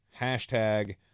hashtag